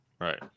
Right